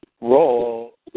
role